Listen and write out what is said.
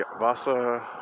Wasser